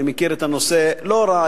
אני מכיר את הנושא לא רע,